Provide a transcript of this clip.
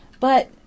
But